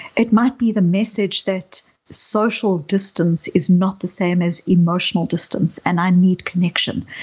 it might be the message that social distance is not the same as emotional distance and i need connection.